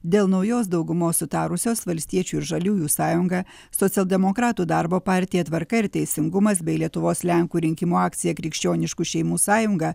dėl naujos daugumos sutarusios valstiečių ir žaliųjų sąjunga socialdemokratų darbo partija tvarka ir teisingumas bei lietuvos lenkų rinkimų akcija krikščioniškų šeimų sąjunga